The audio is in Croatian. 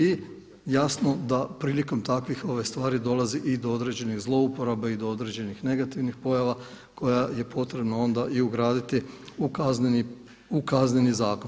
I jasno da prilikom takvih stvari dolazi i do određenih zlouporaba i do određenih negativnih pojava koja je potrebno onda i ugraditi u Kazneni zakon.